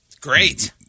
Great